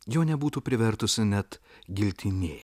jo nebūtų privertusi net giltinė